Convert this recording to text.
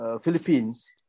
Philippines